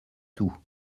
tout